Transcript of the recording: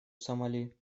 сомали